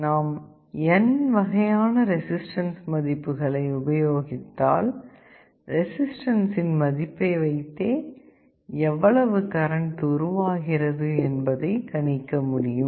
நாம் n வகையான resistance மதிப்புகளை உபயோகித்தால் ரெசிஸ்டன்ஸ் இன் மதிப்பை வைத்தே எவ்வளவு கரண்ட் உருவாகிறது என்பதை கணிக்க முடியும்